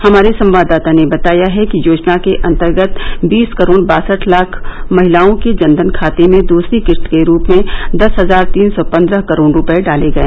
हमारे संवाददाता ने बताया है कि योजना के अंतर्गत वीस करोड बासठ लाख महिलाओं के जनधन खाते में दसरी किस्त के रूप में दस हजार तीन सौ पन्द्रह करोड रूपये डाले गए